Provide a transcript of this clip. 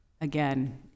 Again